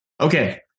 Okay